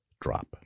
drop